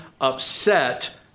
upset